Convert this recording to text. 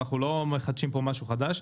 אנחנו לא מחדשים פה משהו חדש.